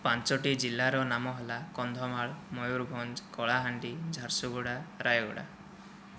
ପାଞ୍ଚଟି ଜିଲ୍ଲାର ନାମ ହେଲା କନ୍ଧମାଳ ମୟୁରଭଞ୍ଜ କଳାହାଣ୍ଡି ଝାରସୁଗୁଡ଼ା ରାୟଗଡ଼ା